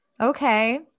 Okay